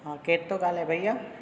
हा केर थो ॻाल्हाए भैया